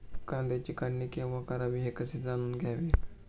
कांद्याची काढणी केव्हा करावी हे कसे जाणून घ्यावे?